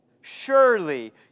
Surely